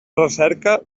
recerca